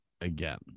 again